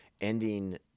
ending